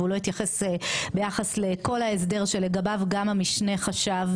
והוא לא התייחס ביחס לכל ההסדר שלגביו גם המשנה חשב,